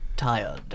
tired